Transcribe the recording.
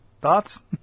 Thoughts